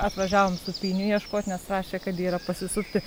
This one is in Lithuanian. atvažiavom supynių ieškot nes rašė kad yra pasisupti